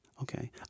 Okay